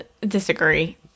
disagree